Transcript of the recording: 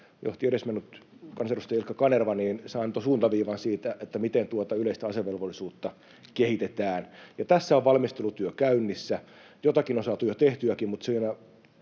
johti edesmennyt kansanedustaja Ilkka Kanerva, antoi suuntaviivan siitä, miten tuota yleistä asevelvollisuutta kehitetään, ja tässä on valmistelutyö käynnissä, jotakin on saatu jo tehtyäkin, mutta siellä